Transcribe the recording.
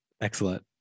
Excellent